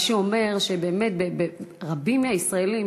מה שאומר שבאמת רבים מהישראלים,